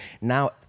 now